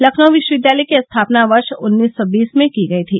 लखनऊ विश्वविद्यालय की स्थापना वर्ष उन्नीस सौ बीस में की गई थी